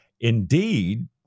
Indeed